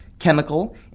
chemical